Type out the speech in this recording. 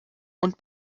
und